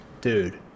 dude